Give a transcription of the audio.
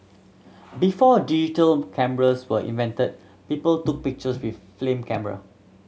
before digital cameras were invented people took pictures with flame camera